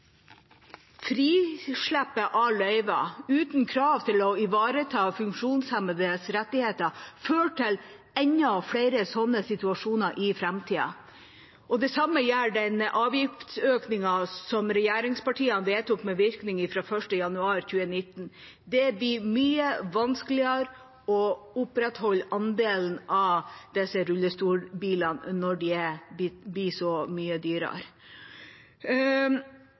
Frislippet av løyver, uten krav til å ivareta funksjonshemmedes rettigheter, fører til enda flere sånne situasjoner i framtida. Det samme gjør den avgiftsøkningen som regjeringspartiene vedtok med virkning fra 1. januar 2019. Det blir mye vanskeligere å opprettholde andelen rullestolbiler når de blir så mye dyrere.